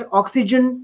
oxygen